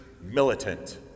militant